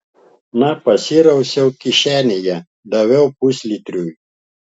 na pasirausiau kišenėje daviau puslitriui